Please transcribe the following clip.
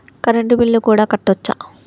Current bill కూడా కట్టొచ్చా?